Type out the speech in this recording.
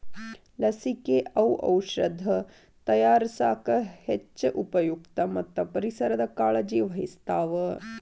ಲಸಿಕೆ, ಔಔಷದ ತಯಾರಸಾಕ ಹೆಚ್ಚ ಉಪಯುಕ್ತ ಮತ್ತ ಪರಿಸರದ ಕಾಳಜಿ ವಹಿಸ್ತಾವ